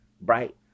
bright